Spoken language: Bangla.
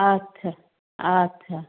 আচ্ছা আচ্ছা